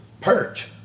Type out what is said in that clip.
Perch